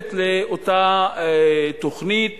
נוספת על אותה תוכנית